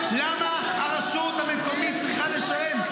למה הרשות המקומית צריכה לשלם?